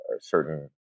certain